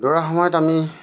দৌৰা সময়ত আমি